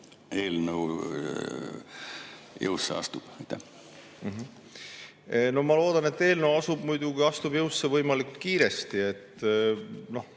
eelnõu jõusse astub. No ma loodan, et eelnõu muidugi astub jõusse võimalikult kiiresti. Kui